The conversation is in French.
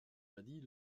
jadis